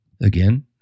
Again